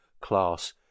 class